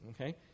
okay